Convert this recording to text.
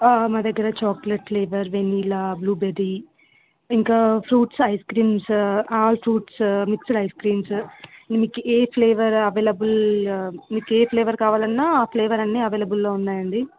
మా దగ్గర chocolate flavour vanilla blueberry ఇంకా fruits ice creams all fruits mixed ice creams మీకు ఏ ఫ్లేవర్ అవైలబుల్ మీకు ఏ ఫ్లేవర్ కావాలన్న ఆ ఫ్లేవర్ అన్నీ అవేలబుల్లో ఉన్నాయండి